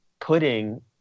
putting